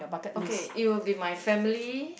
okay it will be my family